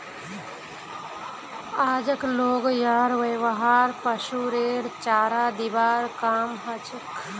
आजक लोग यार व्यवहार पशुरेर चारा दिबार काम हछेक